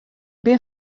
bin